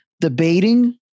debating